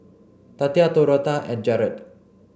Tatia Dorotha and Gerald